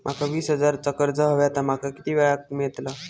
माका वीस हजार चा कर्ज हव्या ता माका किती वेळा क मिळात?